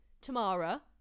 Tamara